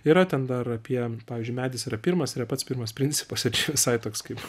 yra ten dar apie pavyzdžiui medis yra pirmas yra pats pirmas principas ir čia visai toks kaip